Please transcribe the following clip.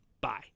Bye